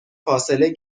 فاصله